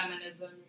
feminism